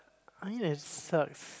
i mean it sucks